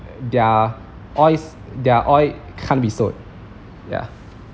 their oils their oil can't be sold yeah